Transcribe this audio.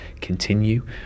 continue